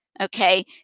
okay